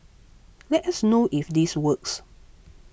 let us know if this works